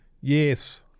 Yes